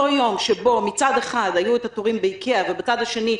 אותו יום שבו מצד אחד היו תורים ב"איקאה" ומצד שני,